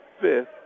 fifth